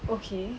okay